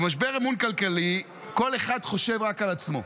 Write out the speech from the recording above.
במשבר אמון כלכלי כל אחד חושב רק על עצמו.